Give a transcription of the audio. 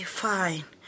fine